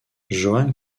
johan